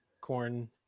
corn